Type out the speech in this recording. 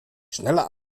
schneller